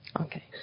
Okay